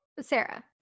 Sarah